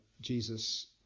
Jesus